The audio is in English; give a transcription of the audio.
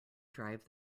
drive